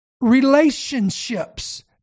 relationships